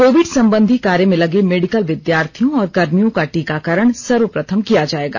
Covid संबंधी कार्य में लगे मेडिकल विद्यार्थियों और कर्मियों का टीकाकरण सर्वप्रथम किया जाएगा